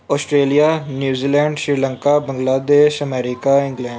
Australia New Zealand Sri Lanka Bangladesh America England